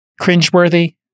cringeworthy